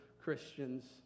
Christians